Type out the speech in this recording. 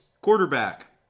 quarterback